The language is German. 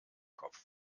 kopf